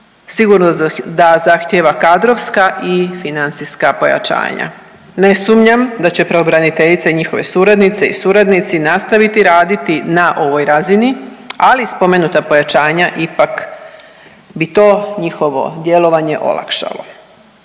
sigurno da zahtijeva kadrovska i financijska pojačanja. Ne sumnjam da će pravobraniteljica i njihove suradnice i suradnici nastaviti raditi na ovoj razini, ali spomenuta pojačanja ipak bi to njihovo djelovanje olakšalo.